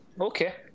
okay